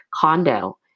condo